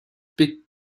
big